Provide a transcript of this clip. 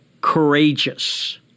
courageous